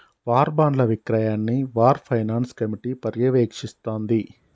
war బాండ్ల విక్రయాన్ని war finance committee పర్యవేక్షిస్తాంది